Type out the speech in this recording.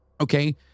Okay